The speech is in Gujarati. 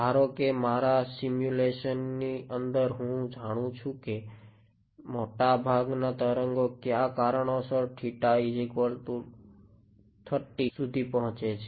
ધારો કે મારા સિમ્યુલેશનની અંદર હું જાણું છું કે મોટા ભાગના તરંગો ક્યાં કારણોસર શુધી પહોચે છે